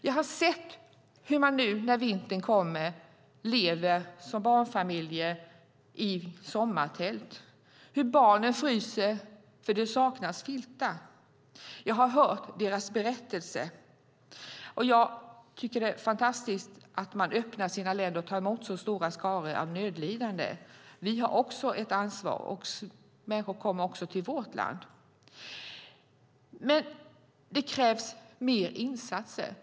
Jag har sett hur barnfamiljer lever i sommartält när vintern nu kommer, hur barnen fryser därför att det saknas filtar. Jag har hört deras berättelser. Jag tycker att det är fantastiskt att länder öppnar sina gränser och tar emot så stora skaror av nödlidande. Vi har också ett ansvar, och människor kommer också till vårt land. Men det krävs mer insatser.